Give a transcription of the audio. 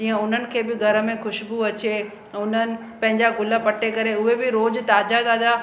तीअं हुननि खे बि घर में ख़ुशबू अचे हुननि पंहिंजा गुल पटे करे उहे बि रोज ताज़ा ताज़ा